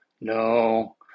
No